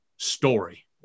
story